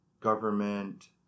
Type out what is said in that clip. government